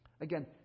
Again